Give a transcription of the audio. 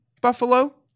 Buffalo